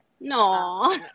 No